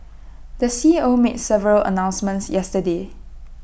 the C E O made several announcements yesterday